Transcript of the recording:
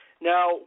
Now